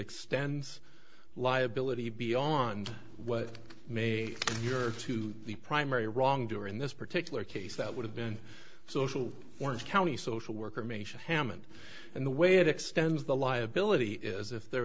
extends liability beyond what may be your to the primary wrongdoer in this particular case that would have been social orange county social worker maisha hammond and the way it extends the liability is if there